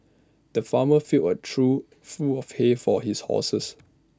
the farmer filled A trough full of hay for his horses